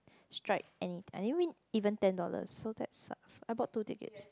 strike any I didn't win even ten dollars so that sucks I bought two tickets